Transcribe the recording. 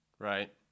Right